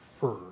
Fur